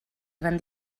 gran